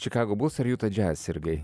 chicago bulls ar utah jazz sirgai